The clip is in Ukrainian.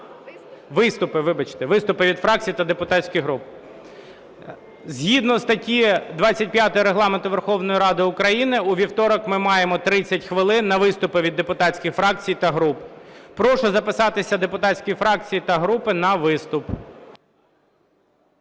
виступи від фракцій та депутатських груп. Згідно статті 25 Регламенту Верховної Ради України у вівторок ми маємо 30 хвилин на виступи від депутатських фракцій та груп. Прошу записатися депутатським фракціям та групам на виступ.